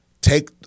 take